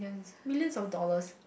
millions of dollars